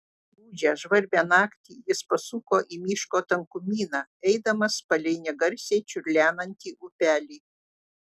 gūdžią žvarbią naktį jis pasuko į miško tankumyną eidamas palei negarsiai čiurlenantį upelį